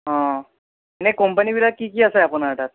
অঁ এনেই ক'ম্পানীবিলাক কি কি আছে আপোনাৰ তাত